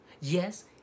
Yes